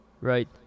right